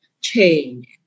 change